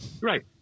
Right